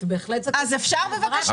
אפשר בבקשה?